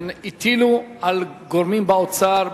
הטילו על גורמים באוצר,